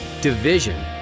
division